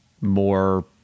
more